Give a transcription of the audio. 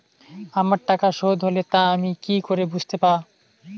আমার টাকা শোধ হলে তা আমি কি করে বুঝতে পা?